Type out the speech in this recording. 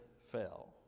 fell